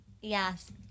yes